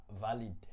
valid